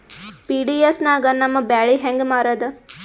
PDS ನಾಗ ನಮ್ಮ ಬ್ಯಾಳಿ ಹೆಂಗ ಮಾರದ?